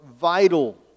vital